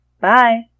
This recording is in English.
Bye